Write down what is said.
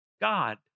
God